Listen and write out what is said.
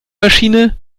maschine